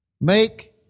Make